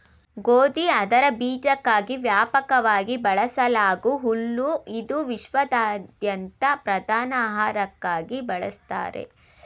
ಗೋಧಿ ಅದರ ಬೀಜಕ್ಕಾಗಿ ವ್ಯಾಪಕವಾಗಿ ಬೆಳೆಸಲಾಗೂ ಹುಲ್ಲು ಇದು ವಿಶ್ವಾದ್ಯಂತ ಪ್ರಧಾನ ಆಹಾರಕ್ಕಾಗಿ ಬಳಸ್ತಾರೆ